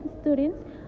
students